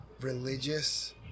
religious